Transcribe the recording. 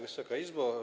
Wysoka Izbo!